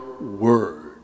word